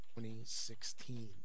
2016